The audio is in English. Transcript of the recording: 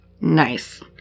Nice